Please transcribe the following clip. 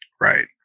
Right